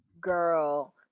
girl